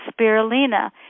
spirulina